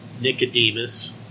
Nicodemus